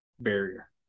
barrier